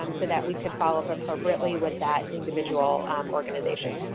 um so that we could follow up appropriately with that individual um organization.